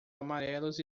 amarelos